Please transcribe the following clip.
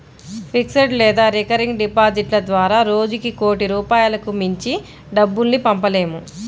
fixed లేదా recurring డిపాజిట్ల ద్వారా రోజుకి కోటి రూపాయలకు మించి డబ్బుల్ని పంపలేము